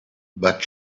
but